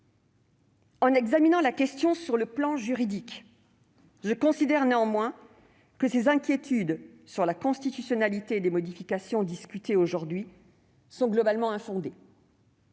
En examinant la question sur le plan juridique, je considère néanmoins que les inquiétudes sur la constitutionnalité des modifications qui nous sont présentées restent globalement infondées.